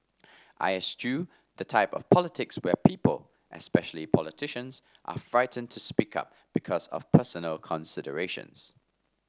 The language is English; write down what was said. I eschew the type of politics where people especially politicians are frightened to speak up because of personal considerations